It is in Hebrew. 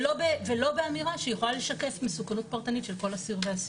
ולא באמירה שיכולה לשקף מסוכנות פרטנית של כל אסיר ואסיר.